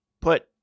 put